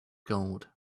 gold